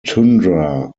tundra